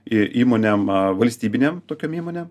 ir įmonėm valstybinėm tokiom įmonėm